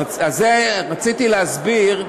רציתי להסביר,